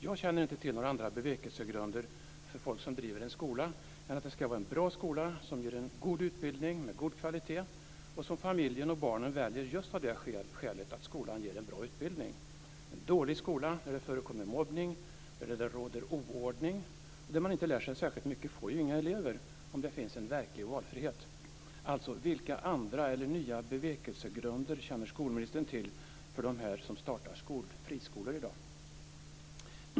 Jag känner inte till några andra bevekelsegrunder för folk som driver en skola än att det ska vara en bra skola som ger en god utbildning med god kvalitet och som familjen och barnen väljer just av det skälet att skolan ger en bra utbildning. En dålig skola där det förekommer mobbning eller där det råder oordning och man inte lär sig särskilt mycket får ju inga elever om det finns en verklig valfrihet. Alltså: Vilka andra eller nya bevekelsegrunder känner skolministern till för dem som startar friskolor i dag?